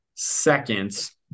Seconds